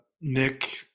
Nick